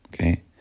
okay